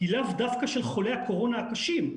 היא לאו דווקא של חולי הקורונה הקשים.